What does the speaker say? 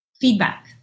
feedback